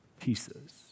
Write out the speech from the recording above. pieces